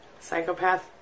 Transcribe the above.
Psychopath